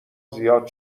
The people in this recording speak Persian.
زیاد